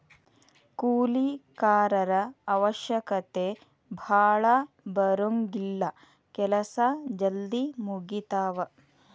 ಕೂಲಿ ಕಾರರ ಅವಶ್ಯಕತೆ ಭಾಳ ಬರುಂಗಿಲ್ಲಾ ಕೆಲಸಾ ಜಲ್ದಿ ಮುಗಿತಾವ